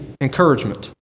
encouragement